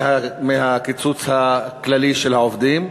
ביחס לקיצוץ הכללי של העובדים.